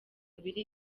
abiri